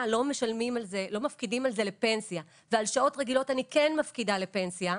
לא מפקידים על זה לפנסיה ועל שעות רגילות אני כן מפקידה לפנסיה,